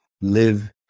live